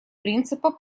принципа